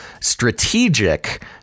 strategic